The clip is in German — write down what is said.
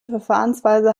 verfahrensweise